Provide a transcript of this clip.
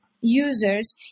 users